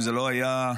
אם זה לא היה עצוב,